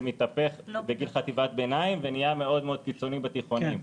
זה מתהפך בגיל חטיבת ביניים ונהייה מאוד מאוד קיצוני בתיכונים.